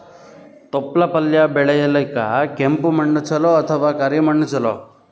ತೊಪ್ಲಪಲ್ಯ ಬೆಳೆಯಲಿಕ ಕೆಂಪು ಮಣ್ಣು ಚಲೋ ಅಥವ ಕರಿ ಮಣ್ಣು ಚಲೋ?